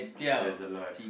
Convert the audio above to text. there's a lot